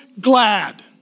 glad